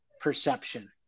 perception